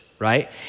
right